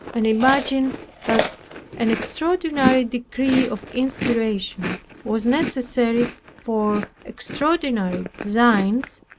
and imagined that an extraordinary degree of inspiration was necessary for extraordinary designs,